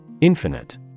Infinite